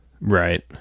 right